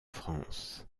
france